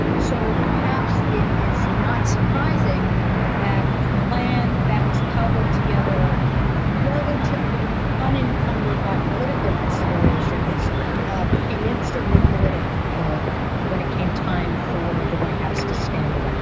so perhaps it is not surprising that a plan that was cobbled together relatively unencumbered by political considerations became instantly political when it came time for the white house to stand it up